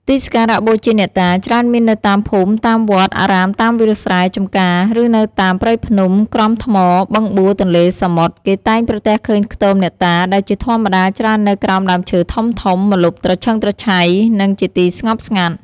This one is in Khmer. ទីសក្ការៈបូជាអ្នកតា ច្រើនមាននៅតាមភូមិ តាមវត្ដ អារាមតាមវាលស្រែ ចំការ ឬនៅតាម ព្រៃភ្នំក្រំថ្ម បឹងបួរ ទន្លេ សមុទ្រ គេតែងប្រទះឃើញខ្ទមអ្នកតាដែលជាធម្មតាច្រើននៅក្រោមដើមឈើធំៗម្លប់ត្រឈឹងត្រឈៃ និងជាទីស្ងប់ស្ងាត់។